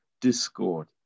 discord